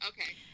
Okay